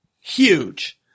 huge